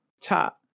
chat